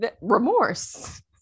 remorse